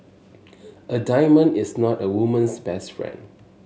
a diamond is not a woman's best friend